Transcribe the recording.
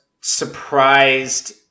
surprised